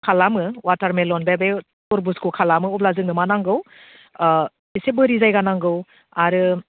खालामो वाटारमेलन बे तरबुजखौ खालामो अब्ला जोंनो मा नांगौ एसे बोरि जायगा नांगौ आरो